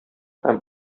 һәм